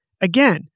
Again